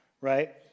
right